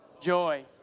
joy